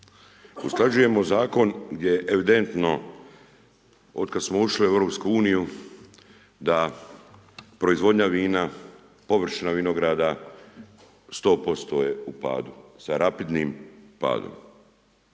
Usklađujemo zakon gdje evidentno otkad smo ušli u EU, da proizvodnja vina, površina vinograda 100% je u padu, sa rapidnim padu